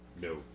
No